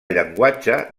llenguatge